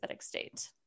state